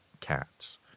cats